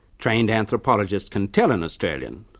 trained anthropologist can tell an australian,